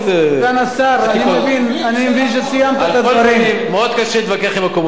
מאוד קשה להתווכח עם הקומוניסטים.